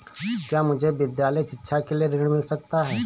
क्या मुझे विद्यालय शिक्षा के लिए ऋण मिल सकता है?